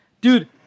dude